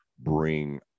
bring